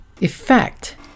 effect